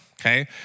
okay